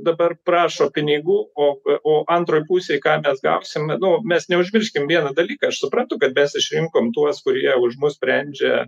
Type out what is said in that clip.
dabar prašo pinigų o o antroj pusėj ką mes gausim nu mes neužmirškim vieną dalyką aš suprantu kad mes išrinkom tuos kurie už mus sprendžia